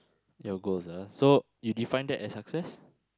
your goals ah so you define that as success